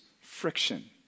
friction